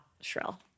shrill